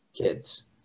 kids